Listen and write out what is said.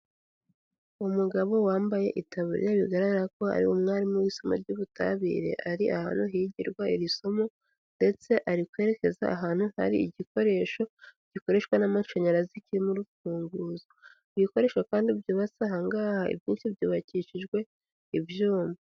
Umugabo wambaye itaburiya bigaragara ko ari umwarimu w'isomo ry'ubutabire ari ahantu higirwa iri somo ndetse ari kwerekeza ahantu hari igikoresho gikoreshwa n'amashanyarazi kirimo urufunguzo. Ibi ibikoresho kandi byubatse aha ngaha ibyinshi byubakishijwe ibyuma.